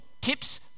tips